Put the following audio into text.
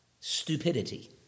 stupidity